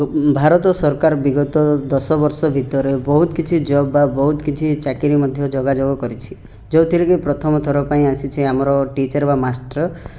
ଭାରତ ସରକାର ବିଗତ ଦଶ ବର୍ଷ ଭିତରେ ବହୁତ କିଛି ଜବ୍ ବା ବହୁତ କିଛି ଚାକିରୀ ମଧ୍ୟ ଯୋଗାଯୋଗ କରିଛି ଯୋଉଥିରେ କି ପ୍ରଥମ ଥର ପାଇଁ ଆସିଛି ଆମର ଟିଚର୍ ବା ମାଷ୍ଟର୍